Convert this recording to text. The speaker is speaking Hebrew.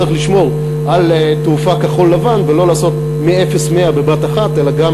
צריך לשמור על תעופה כחול-לבן ולא לעשות מאפס מאה בבת-אחת אלא גם